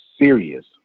serious